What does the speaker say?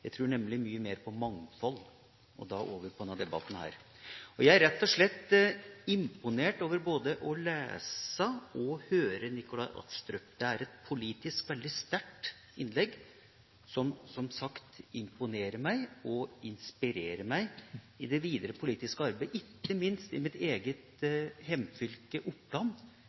Jeg tror nemlig mye mer på mangfold – og da over på denne debatten. Jeg er rett og slett imponert over både å lese og høre Nikolai Astrup. Det var et politisk veldig sterkt innlegg, som, som sagt, imponerer meg og inspirerer meg i det videre politiske arbeid, ikke minst i mitt eget hjemfylke, Oppland,